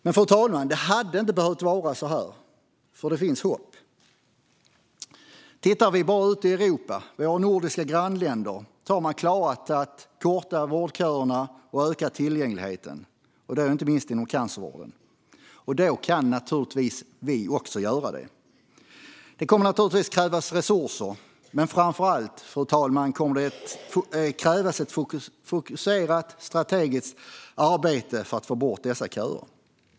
Det hade dock inte behövt vara så här, fru talman, för det finns hopp. Tittar vi bara ut i Europa och på våra nordiska grannländer ser vi att man har klarat att korta vårdköerna och öka tillgängligheten, inte minst inom cancervården. Då kan naturligtvis även vi göra det. Det kommer givetvis att krävas resurser, fru talman, men framför allt kommer det att kräva ett fokuserat strategiskt arbete för att få bort dessa köer.